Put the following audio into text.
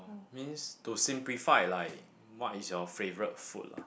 means to simplify like what is your favourite food lah